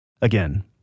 Again